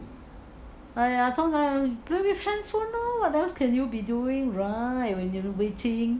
!aiya! 通常 handphone lor what else can you be doing right when you are waiting